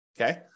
Okay